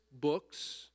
books